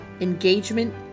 engagement